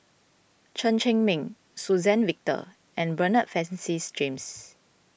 Chen Cheng Mei Suzann Victor and Bernard Francis James